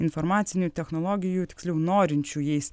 informacinių technologijų tiksliau norinčių jais